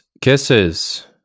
kisses